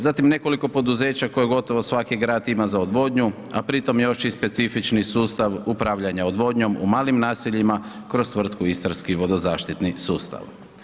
Zatim nekoliko poduzeća koje gotovo svaki grad ima za odvodnju a pri tome još i specifični sustav upravljanja odvodnjom u malim naseljima kroz tvrtku istarski vodozaštitni sustav.